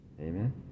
Amen